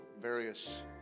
various